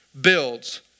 builds